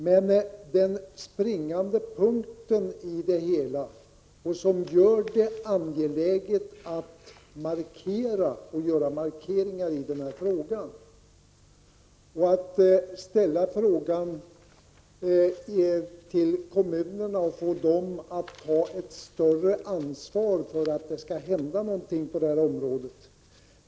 Men den springande punkten i det hela är att det är angeläget att markera för kommunerna att de skall ta större ansvar för att något skall hända på detta område.